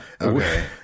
okay